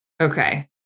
Okay